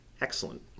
Excellent